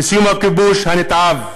לסיום הכיבוש הנתעב.